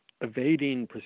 evading